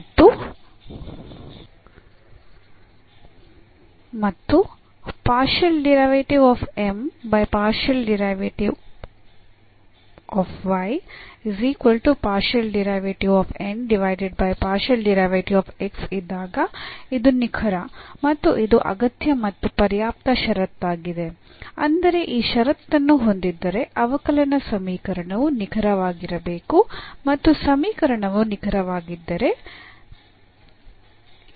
ಮತ್ತುಇದ್ದಾಗ ಇದು ನಿಖರ ಮತ್ತು ಇದು ಅಗತ್ಯ ಮತ್ತು ಪರ್ಯಾಪ್ತ ಷರತ್ತಾಗಿದೆ ಅಂದರೆ ಈ ಷರತ್ತನ್ನು ಹೊಂದಿದ್ದರೆ ಅವಕಲನ ಸಮೀಕರಣವು ನಿಖರವಾಗಿರಬೇಕು ಮತ್ತು ಸಮೀಕರಣವು ನಿಖರವಾಗಿದ್ದರೆ ಈ ಷರತ್ತನ್ನು ಪೂರೈಸಬೇಕು